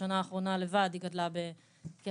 בשנה האחרונה לבד היא גדלה בכ-5%.